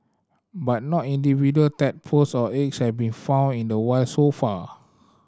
but no individual tadpoles or eggs have been found in the wild so far